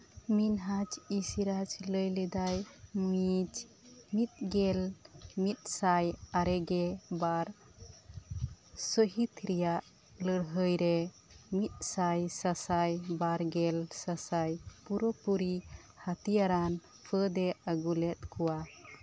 ᱢᱤᱱᱦᱟᱡᱽ ᱤᱥᱨᱟᱡᱽ ᱞᱟᱹᱭ ᱞᱮᱫᱟᱭ ᱢᱤᱡᱽ ᱢᱤᱫ ᱜᱮᱞ ᱢᱤᱫᱥᱟᱭ ᱟᱨᱮᱜᱮ ᱵᱟᱨ ᱥᱟᱹᱦᱤᱛ ᱨᱮᱭᱟᱜ ᱞᱟᱹᱲᱦᱟᱹᱭ ᱨᱮ ᱢᱤᱫ ᱥᱟᱭ ᱥᱟ ᱥᱟᱭ ᱵᱟᱨᱜᱮᱞ ᱥᱟᱥᱟᱭ ᱯᱩᱨᱟᱹ ᱯᱩᱨᱤ ᱦᱟᱹᱛᱤᱭᱟᱨᱟᱱ ᱯᱷᱟᱹᱫᱮ ᱟᱹᱜᱩᱞᱮᱫ ᱠᱚᱣᱟ